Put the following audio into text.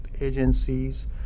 agencies